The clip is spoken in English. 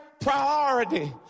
priority